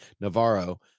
Navarro